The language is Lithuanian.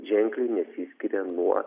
ženkliai nesiskiria nuo